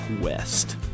West